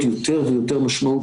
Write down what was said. זה דבר מאוד מאוד אישי ולוקלי.